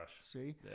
See